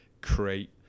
create